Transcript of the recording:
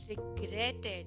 regretted